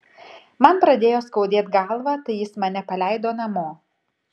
man pradėjo skaudėt galvą tai jis mane paleido namo